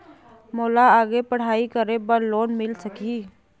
मोला आगे पढ़ई करे बर लोन मिल सकही?